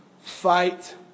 Fight